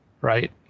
right